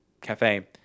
Cafe